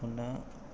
পোনা